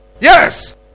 Yes